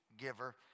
giver